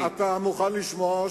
אתה מוכן לשמוע,